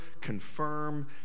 confirm